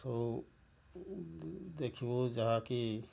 ସବୁ ଦେଖିବୁ ଯାହା କି